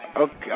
Okay